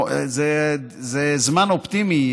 זה זמן אופטימי,